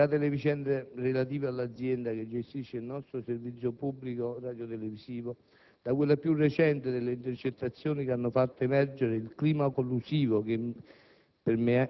considerate le vicende relative all'Azienda che gestisce il nostro servizio pubblico radiotelevisivo, da quella più recente delle intercettazioni, che hanno fatto emergere il clima collusivo che